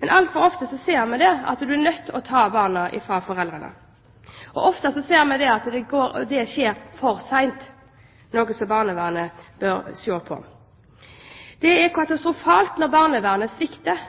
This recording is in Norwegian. Men altfor ofte ser vi at man er nødt til å ta barna fra foreldrene. Ofte ser vi at det skjer for sent, noe som barnevernet bør se på. Det er katastrofalt når barnevernet svikter,